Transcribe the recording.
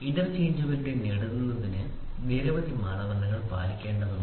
interchangeability നേടുന്നതിന് നിരവധി മാനദണ്ഡങ്ങൾ പാലിക്കേണ്ടതുണ്ട്